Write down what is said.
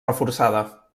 reforçada